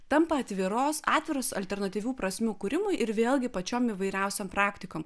tampa atviros atviros alternatyvių prasmių kūrimui ir vėlgi pačiom įvairiausiom praktikom